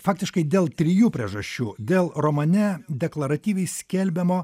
faktiškai dėl trijų priežasčių dėl romane deklaratyviai skelbiamo